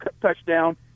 touchdown